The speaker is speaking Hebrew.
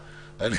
להצבעה את